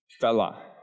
fella